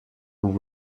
later